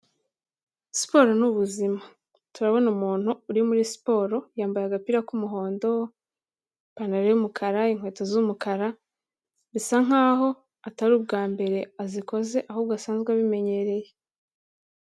Siporo ni ubuzima. Turabona umuntu uri muri siporo, yambaye agapira k'umuhondo, ipantaro y'umukara, inkweto z'umukara, bisa nkaho atari ubwa mbere azikoze, ahubwo asanzwe abimenyereye.